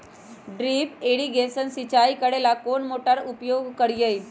Drip irrigation सिंचाई करेला कौन सा मोटर के उपयोग करियई?